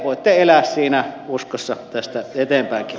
voitte elää siinä uskossa tästä eteenpäinkin